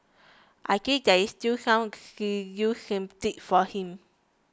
I think there is still some sympathy for him